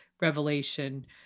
revelation